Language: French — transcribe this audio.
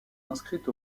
inscrite